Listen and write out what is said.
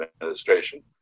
administration